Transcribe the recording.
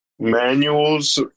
Manuals